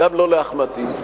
וגם לא לאחמד טיבי.